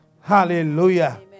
Hallelujah